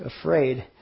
afraid